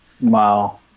Wow